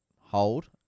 hold